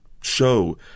show